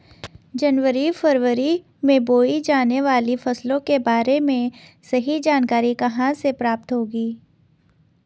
जनवरी फरवरी में बोई जाने वाली फसलों के बारे में सही जानकारी कहाँ से प्राप्त होगी?